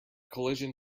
collision